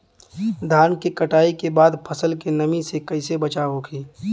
धान के कटाई के बाद फसल के नमी से कइसे बचाव होखि?